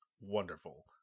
wonderful